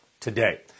today